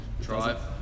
Drive